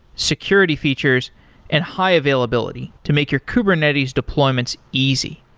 security features and high availability to make your kubernetes deployments easy.